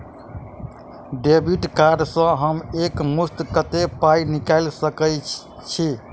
Debit card सँ हम एक मुस्त कत्तेक पाई निकाल सकय छी?